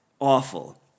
awful